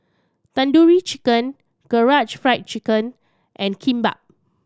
Tandoori Chicken Karaage Fried Chicken and Kimbap